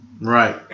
Right